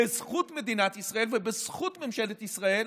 בזכות מדינת ישראל ובזכות ממשלת ישראל,